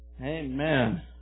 Amen